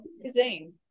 cuisine